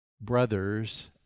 brothers